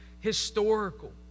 historical